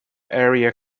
area